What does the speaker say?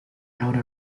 ahora